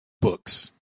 books